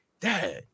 Dad